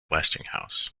westinghouse